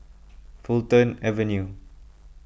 Fulton Avenue